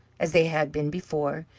as they had been before,